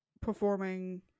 performing